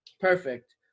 perfect